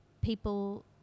people